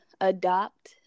adopt